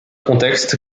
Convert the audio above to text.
contexte